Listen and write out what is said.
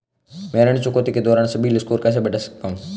मैं ऋण चुकौती के दौरान सिबिल स्कोर कैसे बढ़ा सकता हूं?